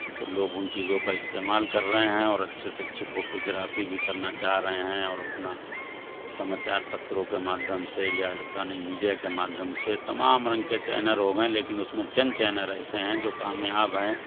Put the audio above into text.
تو لوگ ان چیزوں کا استعمال کر رہے ہیں اور اچھے سے اچھی فوٹو گرافی بھی کرنا چاہ رہے ہیں اور اپنا سماچارپتروں کے مادھیم سے یا الیکٹرانک میڈیا کے مادھیم سے تمام رنگ چینر ہو گئے لیکن اس میں چند چینر ہے ایسے ہیں جو کامیاب ہیں